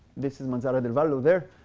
this is mazara del vallo there.